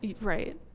right